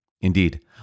Indeed